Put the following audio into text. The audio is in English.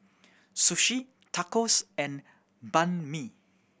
Sushi Tacos and Banh Mi